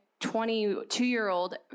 22-year-old